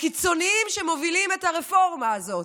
הקיצוניים שמובילים את הרפורמה הזאת.